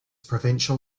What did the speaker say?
provincial